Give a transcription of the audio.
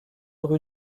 rue